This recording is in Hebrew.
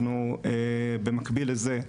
אנחנו במקביל לזה,